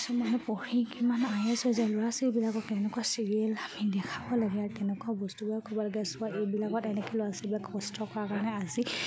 কিছুমান মানুহ পঢ়ি কিমান আই এছ হৈছে ল'ৰা ছোৱালীবিলাকক কেনেকুৱা চিৰিয়েল আমি দেখাব লাগে আৰু কেনেকুৱা বস্তুবোৰ ক'ব লাগে চোৱা এইবিলাকত এনেকৈ ল'ৰা ছোৱালীবিলাক কষ্ট কৰা কাৰণে আজি